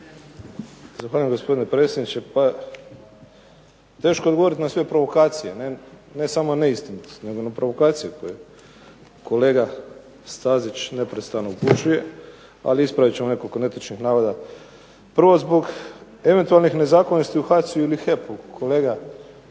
Zahvaljujem, gospodine predsjedniče. Teško je odgovorit na sve provokacije, ne samo na neistinitost nego na provokacije koje kolega Stazić neprestano upućuje, ali ispravit ćemo nekoliko netočnih navoda. Prvo, zbog eventualnih nezakonitosti u HAC-u ili HEP-u. Kolega, to